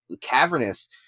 cavernous